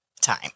time